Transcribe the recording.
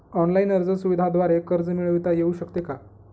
Online अर्ज सुविधांद्वारे कर्ज मिळविता येऊ शकते का?